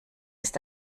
ist